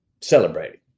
celebrating